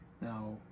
Now